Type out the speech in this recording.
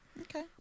Okay